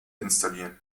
installieren